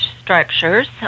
structures